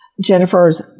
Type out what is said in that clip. Jennifer's